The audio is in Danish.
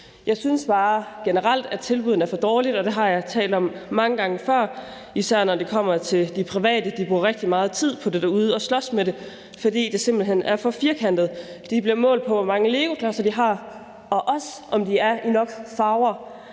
Jeg synes bare generelt, at tilsynene er for dårlige, og det har jeg talt om mange gange før, især når det kommer til det private. De bruger rigtig meget tid på det derude og slås med det, fordi det simpelt hen er for firkantet. De bliver målt på, hvor mange legoklodser de har, og også på, om de er i nok farver.